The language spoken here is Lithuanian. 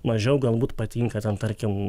mažiau galbūt patinka ten tarkim